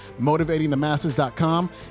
motivatingthemasses.com